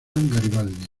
garibaldi